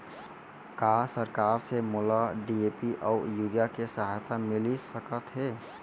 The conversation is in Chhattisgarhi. का सरकार से मोला डी.ए.पी अऊ यूरिया के सहायता मिलिस सकत हे?